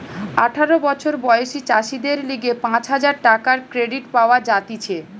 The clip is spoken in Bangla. আঠারো বছর বয়সী চাষীদের লিগে পাঁচ হাজার টাকার ক্রেডিট পাওয়া যাতিছে